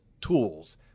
tools